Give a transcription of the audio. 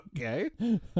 Okay